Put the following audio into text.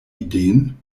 ideen